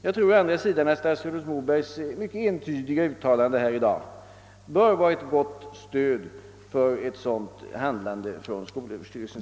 Jag tror å andra sidan att statsrådet Mobergs mycket entydiga uttalande här i dag bör vara ett gott stöd för ett sådant handlande inom skolöverstyrelsen.